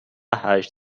هشت